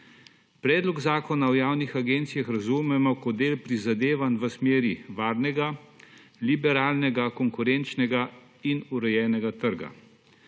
Predlog zakona o javnih agencijah razumemo kot del prizadevanj v smeri varnega, liberalnega, konkurenčnega in urejenega trga.